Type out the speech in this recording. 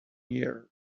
years